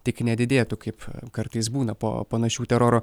tik nedidėtų kaip kartais būna po panašių teroro